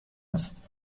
است